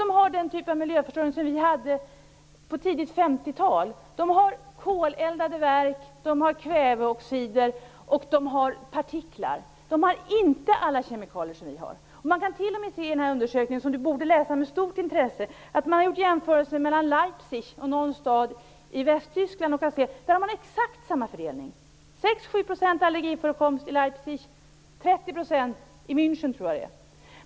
De har den typ av miljöförstöring som vi hade på tidigt 50 tal. De har koleldade verk, de har kväveoxider och de har partiklar. De har inte alla kemikalier som vi har. Man kan till och med se i den här undersökningen, som Ola Sundell borde läsa med stort intresse, att jämförelser har gjorts mellan Leipzig och någon stad i Västtyskland. Där har man exakt samma fördelning. 6-7 % allergiförekomst i Leipzig, 30% i München, som jag tror att det är.